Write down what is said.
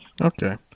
Okay